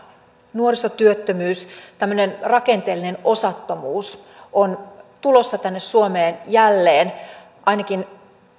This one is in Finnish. nuorisotyöttömyys tämmöinen rakenteellinen osattomuus on tulossa tänne suomeen jälleen ainakin